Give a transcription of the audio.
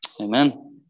Amen